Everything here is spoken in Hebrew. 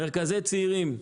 לגבי מרכזי צעירים.